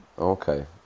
Okay